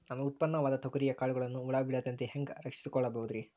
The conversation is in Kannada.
ನನ್ನ ಉತ್ಪನ್ನವಾದ ತೊಗರಿಯ ಕಾಳುಗಳನ್ನ ಹುಳ ಬೇಳದಂತೆ ಹ್ಯಾಂಗ ರಕ್ಷಿಸಿಕೊಳ್ಳಬಹುದರೇ?